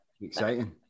exciting